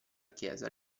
chiesa